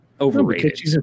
Overrated